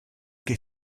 che